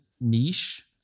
niche